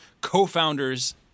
co-founders